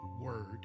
word